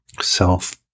Self